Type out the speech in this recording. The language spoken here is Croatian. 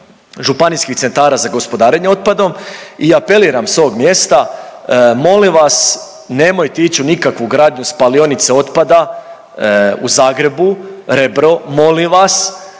županijskih centara za gospodarenje otpadom i apeliram s ovog mjesta molim vas nemojte ići u nikakvu gradnju spalionice otpada u Zagrebu, Rebro, molim vas.